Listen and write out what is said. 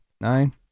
Nine